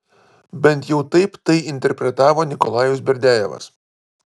bent jau taip tai interpretavo nikolajus berdiajevas